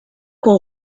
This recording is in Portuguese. com